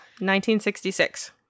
1966